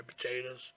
potatoes